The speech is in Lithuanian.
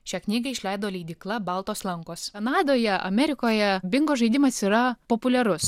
šią knygą išleido leidykla baltos lankos kanadoje amerikoje bingo žaidimas yra populiarus